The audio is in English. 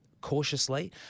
Cautiously